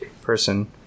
person